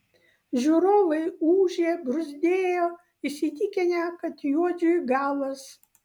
žiūrovai ūžė bruzdėjo įsitikinę kad juodžiui galas